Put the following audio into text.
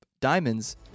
diamonds